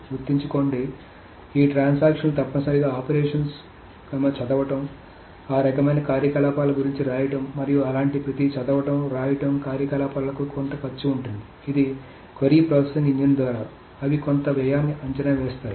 గుర్తుంచుకోండి ఈ ట్రాన్సాక్షన్ లు తప్పనిసరిగా ఆపరేషన్స్ చదవడం ఆ రకమైన కార్యకలాపాల గురించి రాయడం మరియు అలాంటి ప్రతి చదవడం వ్రాయడం కార్యకలాపాలకు కొంత ఖర్చు ఉంటుంది ఇది క్వరీ ప్రాసెసింగ్ ఇంజిన్ ద్వారా అవి కొంత వ్యయాన్ని అంచనా వేస్తాయి